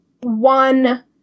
one